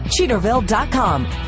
cheaterville.com